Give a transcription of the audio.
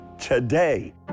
today